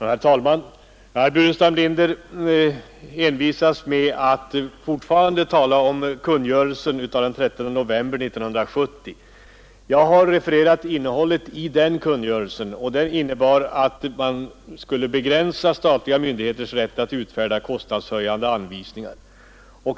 Herr talman! Herr Burenstam Linder envisas med att fortfarande tala om den där kungörelsen. Jag har refererat innehållet i denna kungörelse, som innebar att statliga myndigheters rätt att utfärda kostnadshöjande anvisningar begränsades.